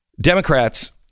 Democrats